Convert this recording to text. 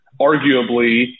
arguably